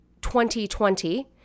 2020